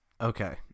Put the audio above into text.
Okay